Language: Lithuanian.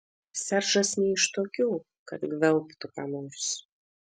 seržas ne iš tokių kad gvelbtų ką nors